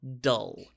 dull